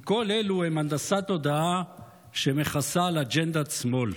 כי כל אלו הם הנדסת תודעה שמכסה על אג'נדת שמאל.